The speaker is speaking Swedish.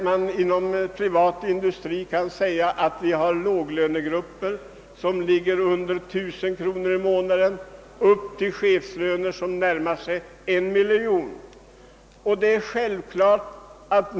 Även inom den privata industrin finns låglönegrupper med - mindre än 1000 kronors inkomst per månad och chefslöner som närmar sig 1 miljon kronor per år.